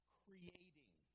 creating